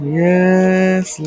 yes